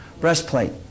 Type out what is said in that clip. breastplate